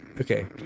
Okay